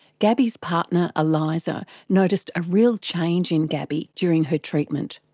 gabby's partner eliza noticed a real change in gabby during her treatment.